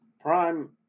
Prime